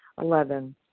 Eleven